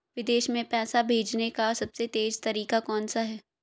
विदेश में पैसा भेजने का सबसे तेज़ तरीका कौनसा है?